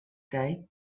day